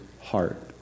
heart